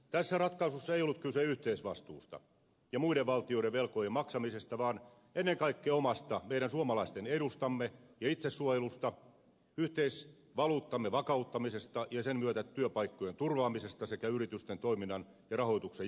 tässä ratkaisussa ei ollut kyse yhteisvastuusta ja muiden valtioiden velkojen maksamisesta vaan ennen kaikkea omasta meidän suomalaisten edustamme ja itsesuojelusta yhteisvaluuttamme vakauttamisesta ja sen myötä työpaikkojen turvaamisesta sekä yritysten toiminnan ja rahoituksen jatkuvuudesta